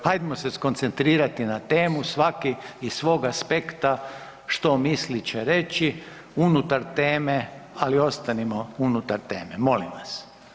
Hajdmo se skoncentrirati na temu, svaki iz svog aspekta što misli će reći unutar teme, ali ostanimo unutar teme, molim vas.